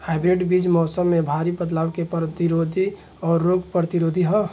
hybrid बीज मौसम में भारी बदलाव के प्रतिरोधी और रोग प्रतिरोधी ह